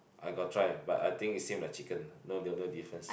I got try but I think is same like chicken no difference